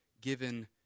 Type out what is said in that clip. given